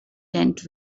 tent